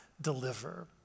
deliver